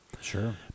Sure